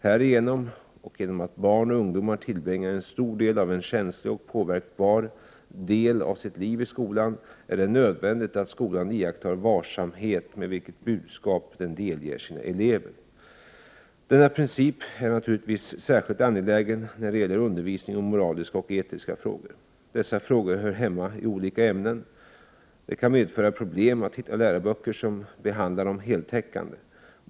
Härigenom, och genom att barn och ungdomar tillbringar en stor del av en känslig och påverkbar del av sitt liv i skolan, är det nödvändigt att skolan iakttar varsamhet med vilka budskap den delger sina elever. Denna princip är naturligtvis särskilt angelägen när det gäller undervisning om moraliska och etiska frågor. Dessa frågor hör hemma i olika ämnen. Det kan medföra problem att hitta läroböcker som behandlar dem heltäckande.